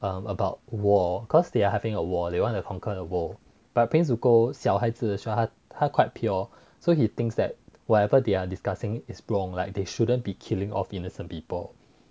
um about war cause they are having a war they want to conquer the world but prince zuko 小孩子 so 他 quite pure so he thinks that whatever they are discussing is wrong like they shouldn't be killing of innocent people